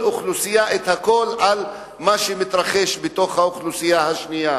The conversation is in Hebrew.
האוכלוסייה הכול על מה שמתרחש בתוך האוכלוסייה השנייה.